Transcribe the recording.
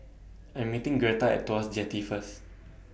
I Am meeting Gretta At Tuas Jetty First